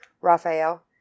Raphael